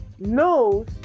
knows